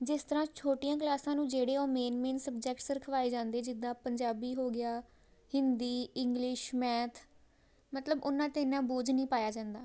ਜਿਸ ਤਰ੍ਹਾਂ ਛੋਟੀਆਂ ਕਲਾਸਾਂ ਨੂੰ ਜਿਹੜੇ ਉਹ ਮੇਨ ਮੇਨ ਸਬਜੈਕਟਸ ਰਖਵਾਏ ਜਾਂਦੇ ਜਿੱਦਾਂ ਪੰਜਾਬੀ ਹੋ ਗਿਆ ਹਿੰਦੀ ਇੰਗਲਿਸ਼ ਮੈਥ ਮਤਲਬ ਉਨ੍ਹਾਂ 'ਤੇ ਇੰਨਾ ਬੋਝ ਨਹੀਂ ਪਾਇਆ ਜਾਂਦਾ